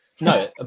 No